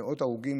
מאות הרוגים,